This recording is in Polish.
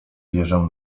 wierzę